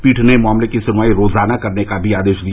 पीठ ने मामलों की सुनवाई रोजाना करने का भी आदेश दिया